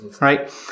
Right